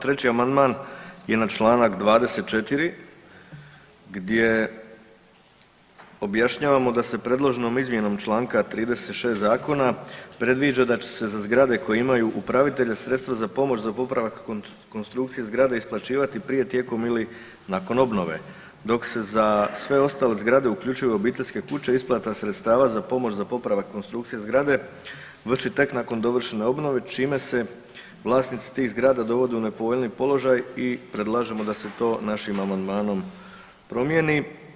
Treći amandman je na čl. 24. gdje objašnjavamo da se predloženom izmjenom čl. 36. zakona predviđa da će se za zgrade koje imaju upravitelja sredstva za pomoć za popravak konstrukcije zgrade isplaćivati prije, tijekom ili nakon obnove, dok se za sve ostale zgrade, uključivo i obiteljske kuće isplata sredstava za pomoć za popravak konstrukcije zgrade vrši tek nakon dovršene obnove čime se vlasnici tih zgrada dovode u nepovoljniji položaj i predlažemo da se to našim amandmanom promijeni.